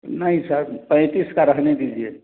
नहीं सर पैंतीस का रहने दीजिए